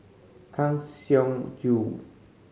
Kang Siong Joo